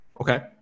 Okay